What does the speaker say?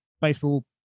baseball